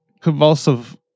convulsive